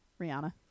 Rihanna